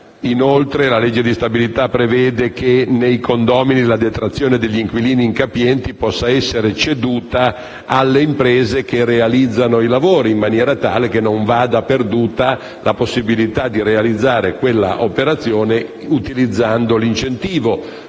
Inoltre, la legge di stabilità prevede che nei condomini la detrazione degli inquilini incapienti possa essere ceduta alle imprese che realizzano i lavori, in maniera tale che non vada perduta la possibilità di realizzare quella operazione utilizzando l'incentivo.